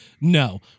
No